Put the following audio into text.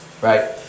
right